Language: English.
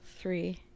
Three